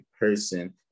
person